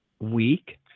week